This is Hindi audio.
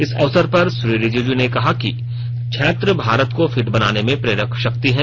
इस अवसर पर श्री रिजिजू ने कहा कि छात्र भारत को फिट बनाने में प्रेरक शक्ति हैं